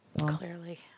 Clearly